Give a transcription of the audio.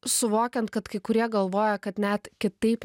suvokiant kad kai kurie galvoja kad net kitaip